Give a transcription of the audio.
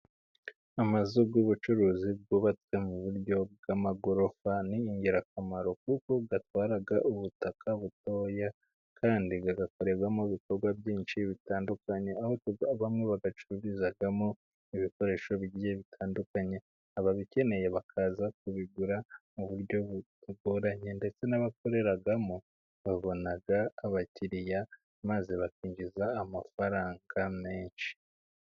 Amazu y'ubucuruzi yubatse mu buryo bw'amagorofa ni ingirakamaro kuko atwara ubutaka butoya, kandi akorerwamo ibikorwa byinshi bitandukanye, aho bamwe bayacururizamo ibikoresho bigiye bitandukanye, ababikeneye bakaza kubigura mu buryo bugoranye, ndetse n'abayakoreramo babona abakiriya, maze bakinjiza amafaranga menshi.